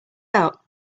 out